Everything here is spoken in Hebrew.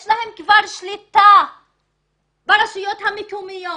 יש להם כבר שליטה ברשויות המקומיות,